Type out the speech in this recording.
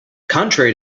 contrary